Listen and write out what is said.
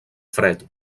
fred